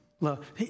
love